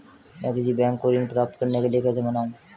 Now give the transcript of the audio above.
मैं किसी बैंक को ऋण प्राप्त करने के लिए कैसे मनाऊं?